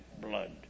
blood